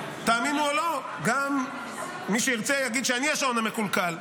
תאמינו או לא מי שירצה יגיד שאני השעון המקולקל,